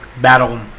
battle